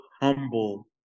humble